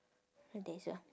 there's a